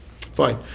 Fine